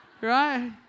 Right